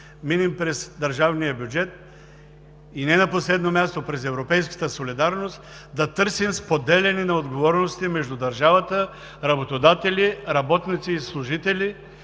минем през държавния бюджет и, не на последно място, през европейската солидарност да търсим споделяне на отговорностите между държавата, работодателите, работниците и служителите,